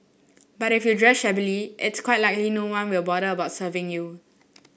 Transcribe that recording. but if you dress shabbily it's quite likely no one will bother about serving you